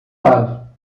lado